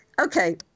Okay